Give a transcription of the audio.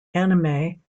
anime